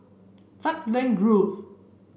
Falkland Road